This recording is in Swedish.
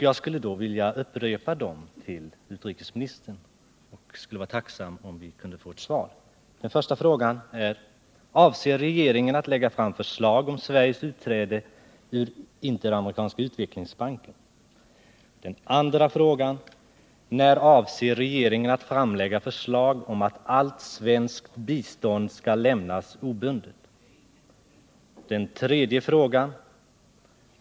Jag skall upprepa dem nu och vore tacksam om utrikesministern ville besvara dem. 2. När avser regeringen att lägga fram förslag om att allt svenskt bistånd skall lämnas obundet? 3.